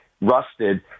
rusted